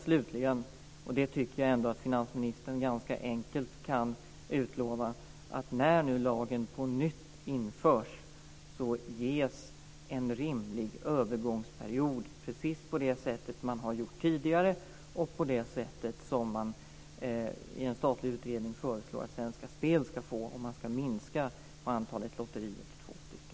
Slutligen tycker jag att finansministern ganska enkelt borde kunna utlova att när nu lagen på nytt införs ska det ges en rimlig övergångsperiod, precis på det sätt som man har gjort tidigare och på det sätt som en statlig utredning föreslår att Svenska Spel ska få om man ska minska antalet lotterier till två.